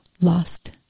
lost